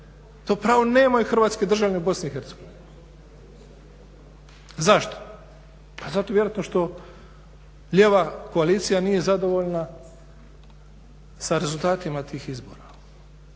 To pravo nemaju hrvatski državljani BiH. zašto? Pa zato vjerojatno što lijeva koalicija nije zadovoljna sa rezultatima tih izbora.